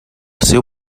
seu